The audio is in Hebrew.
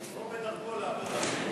או בדרכו לעבודה.